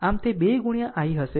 આમ તે 2 ગુણ્યા i હશે